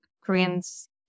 Koreans